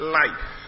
life